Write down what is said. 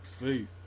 faith